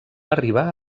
arribar